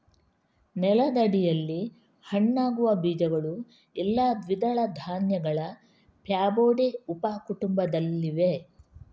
ನೆಲದಡಿಯಲ್ಲಿ ಹಣ್ಣಾಗುವ ಬೀಜಗಳು ಎಲ್ಲಾ ದ್ವಿದಳ ಧಾನ್ಯಗಳ ಫ್ಯಾಬೊಡೆ ಉಪ ಕುಟುಂಬದಲ್ಲಿವೆ